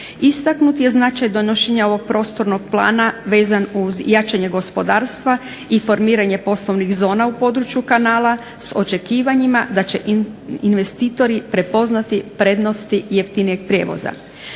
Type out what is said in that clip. Istaknut je značaj donošenja ovog prostornog plana vezan uz jačanje gospodarstva i formiranje poslovnih zona u području kanala s očekivanjima da će investitori prepoznati prednosti jeftinijeg prijevoza.